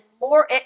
more